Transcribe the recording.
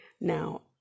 Now